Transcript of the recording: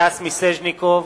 סטס מיסז'ניקוב,